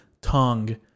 tongue